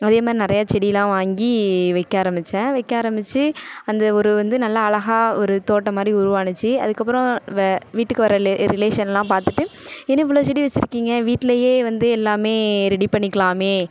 அதேமாதிரி நிறையா செடிலாம் வாங்கி வைக்க ஆரம்மிச்சேன் வைக்க ஆரம்மிச்சி அந்த ஒரு வந்து நல்ல அழகா ஒரு தோட்டம் மாதிரி உருவாச்சி அதுக்கப்புறம் வீட்டுக்கு வர ரிலேஷன்லாம் பார்த்துட்டு என்ன இவ்வளோ செடி வச்சுருக்கீங்க வீட்டிலேயே வந்து எல்லாம் ரெடி பண்ணிக்கலாமே